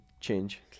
change